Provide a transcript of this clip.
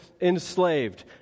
enslaved